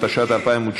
התשע"ט 2019,